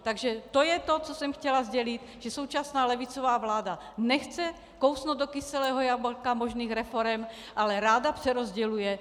Takže to je to, co jsem chtěla sdělit že současná levicová vláda nechce kousnout do kyselého jablka možných reforem, ale ráda přerozděluje.